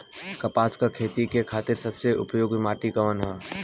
कपास क खेती के खातिर सबसे उपयुक्त माटी कवन ह?